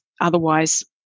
otherwise